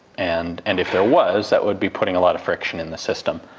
and and if there was, that would be putting a lot of friction in the system,